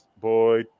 boy